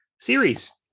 series